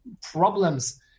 Problems